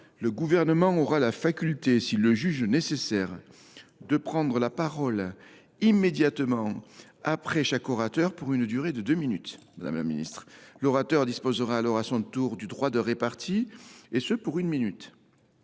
le gouvernement aura la faculté, si le juge nécessaire. de prendre la parole immédiatement après chaque orateur pour une durée de deux minutes, Madame la Ministre. L'orateur disposera alors à son tour du droit de répartie, et ce pour une minute.